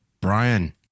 Brian